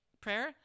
prayer